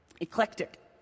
eclectic